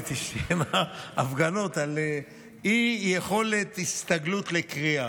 רציתי שיהיו הפגנות על אי-יכולת הסתגלות לקריאה,